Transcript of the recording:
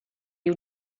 you